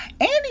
Andy